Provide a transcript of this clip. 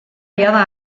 jada